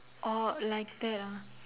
orh like that ah